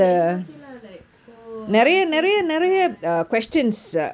they anyhow say lah like oh justice is blind